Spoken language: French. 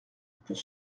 pour